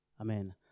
Amen